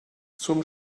zum